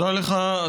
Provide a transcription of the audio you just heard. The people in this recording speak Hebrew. תודה לך,